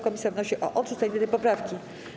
Komisja wnosi o odrzucenie tej poprawki.